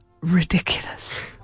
ridiculous